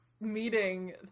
meeting